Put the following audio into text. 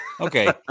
okay